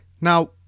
Now